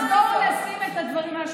אז לא, אז בואו נשים את הדברים על השולחן.